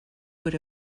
would